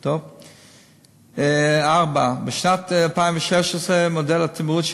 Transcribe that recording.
4. בשנת 2016 מודל התמרוץ,